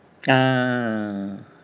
ah